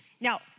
Now